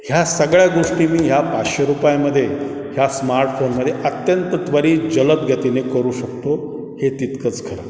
ह्या सगळ्या गोष्टी मी ह्या पाचशे रुपयामध्ये ह्या स्मार्टफोनमध्ये अत्यंत त्वरित जलद गतीने करू शकतो हे तितकंच खरं